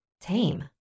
Tame